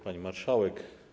Pani Marszałek!